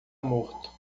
morto